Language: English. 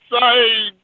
say